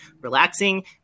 relaxing